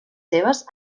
seves